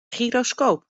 gyroscoop